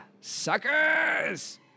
suckers